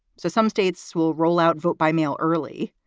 so some states will roll out, vote by mail early,